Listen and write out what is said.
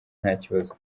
ntakibazo